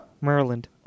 Maryland